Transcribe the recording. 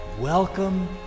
Welcome